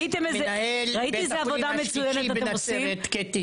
עושים לך טובה שנותנים לך כסף